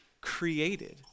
created